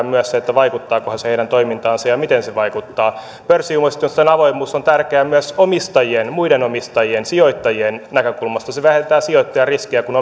myös se että vaikuttaakohan se heidän toimintaansa ja ja miten se vaikuttaa pörssiomistusten avoimuus on tärkeää myös muiden omistajien ja sijoittajien näkökulmasta se vähentää sijoittajan riskiä kun